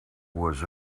was